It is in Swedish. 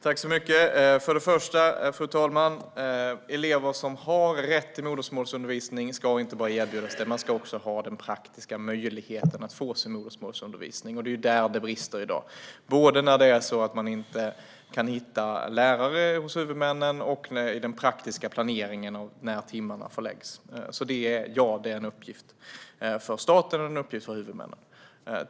Fru talman! För det första ska elever som har rätt till modersmålsundervisning inte bara erbjudas det utan också ha den praktiska möjligheten att få det. Det är där det brister i dag, både när man inte kan hitta lärare hos huvudmännen och i den praktiska planeringen när timmarna förläggs. Det är en uppgift för staten och för huvudmännen.